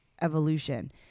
evolution